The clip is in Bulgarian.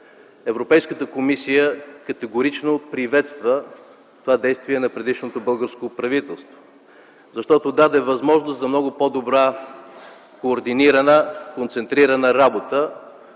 Европейската комисия категорично приветства това действие на предишното българско правителство, защото даде възможност за много по-добра координирана, концентрирана работа